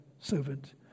servant